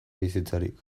bizitzarik